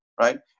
right